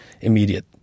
immediate